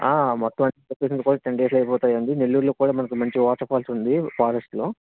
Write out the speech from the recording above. మొత్తం అన్ని టెన్ డేస్లో అయిపోతాయండి నెల్లూరులో కూడా మనకి మంచి వాటర్ఫాల్స్ ఉంది ఫారెస్ట్లో